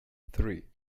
three